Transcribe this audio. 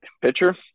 Pitcher